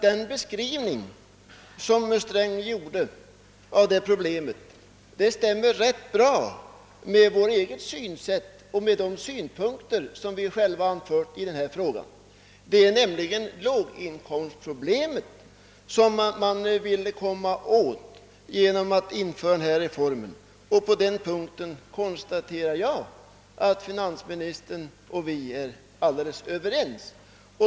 Den beskrivning som herr Sträng gav av skatteproblemet stämmer rätt bra med vårt eget synsätt och de synpunkter vi själva anfört i frågan. Det är nämligen låginkomstproblemet som man vill komma till rätta med genom denna reform, och på den punkten konstaterar jag att finansministern och vi är helt överens.